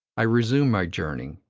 i resume my journey,